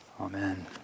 Amen